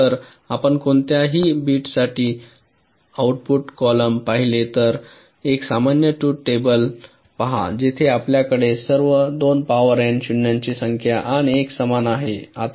तर आपण कोणत्याही बिट्ससाठी आउटपुट कॉलोम पाहिले तर एक सामान्य ट्रूथ टेबल पहा जिथे आपल्याकडे सर्व 2 पॉवर एन शून्यांची संख्या आणि एक समान आहेत